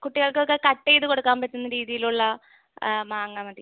കുട്ടികൾക്കൊക്കെ കട്ട് ചെയ്ത് കൊടുക്കാൻ പറ്റുന്ന രീതിയിലുള്ള മാങ്ങ മതി